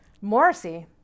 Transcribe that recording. Morrissey